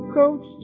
coach